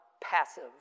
passive